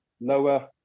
lower